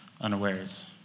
unawares